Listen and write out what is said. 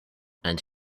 and